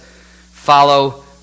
follow